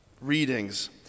readings